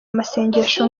amasengesho